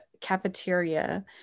cafeteria